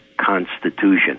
constitution